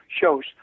shows